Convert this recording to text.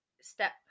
step